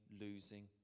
losing